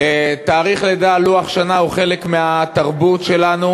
תאריך לידה על לוח השנה הוא חלק מהתרבות שלנו.